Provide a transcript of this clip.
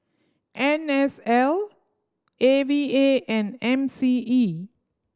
N S L A V A and M C E